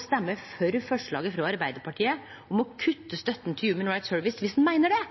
stemme for forslaget frå Arbeidarpartiet om å kutte støtta til Human Rights Service viss ein meiner det.